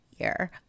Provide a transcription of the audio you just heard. year